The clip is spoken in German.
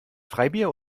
freibier